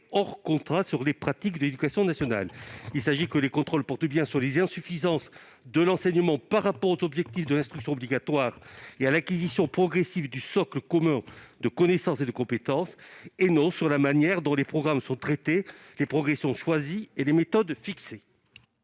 hors contrat sur la pratique de l'éducation nationale. Les contrôles doivent bien porter sur les insuffisances de l'enseignement par rapport aux objectifs de l'instruction obligatoire et à l'acquisition progressive du socle commun de connaissances et de compétences, et non sur la manière dont les programmes sont traités, les progressions définies et les méthodes fixées.